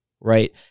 right